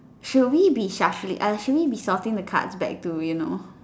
should we be shuffling should we be sorting the cards back to you know